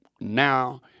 now